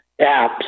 apps